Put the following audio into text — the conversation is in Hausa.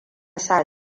sa